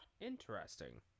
Interesting